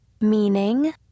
Meaning